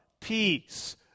peace